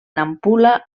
nampula